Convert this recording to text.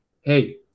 hey